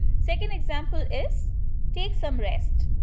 second example is take some rest,